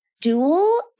dual